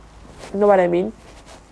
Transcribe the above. know what I mean